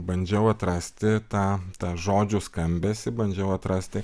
bandžiau atrasti tą žodžių skambesį bandžiau atrasti